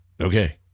Okay